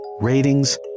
ratings